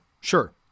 Sure